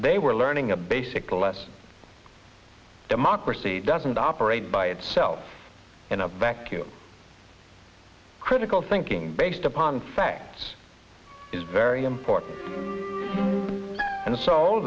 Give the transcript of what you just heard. they were learning a basic less democracy doesn't operate by itself in a vacuum critical thinking based upon facts is very important and so